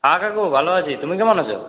হ্যাঁ কাকু ভালো আছি তুমি কেমন আছ